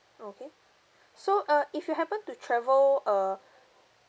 okay so uh if you happen to travel uh